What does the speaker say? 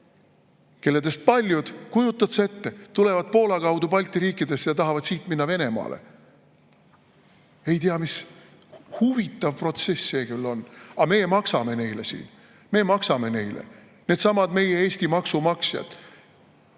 kellest paljud – kujutad sa ette! – tulevad Poola kaudu Balti riikidesse ja tahavad siit minna Venemaale. Ei tea, mis huvitav protsess see küll on! Aga meie maksame neile siin, me maksame neile. Needsamad meie Eesti maksumaksjad,